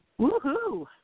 woohoo